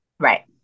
Right